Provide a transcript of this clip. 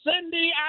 Cindy